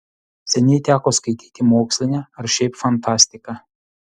seniai teko skaityti mokslinę ar šiaip fantastiką